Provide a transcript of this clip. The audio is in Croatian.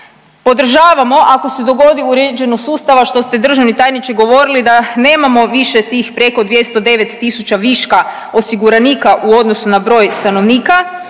Podržavamo ako se dogodi uređenost sustava što ste državni tajniče govorili da nemamo više tih preko 209 tisuća viška osiguranika u odnosu na broj stanovnika,